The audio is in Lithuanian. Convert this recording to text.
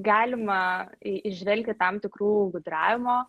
galima į įžvelgti tam tikrų gudravimo